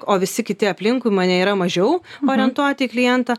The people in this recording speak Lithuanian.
o visi kiti aplinkui mane yra mažiau orientuoti į klientą